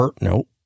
Nope